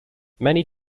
many